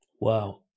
wow